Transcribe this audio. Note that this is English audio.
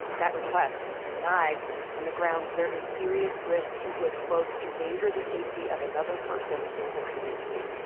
that request was denied on the grounds there is serious risk he would, quote, endanger the safety of another person or the community.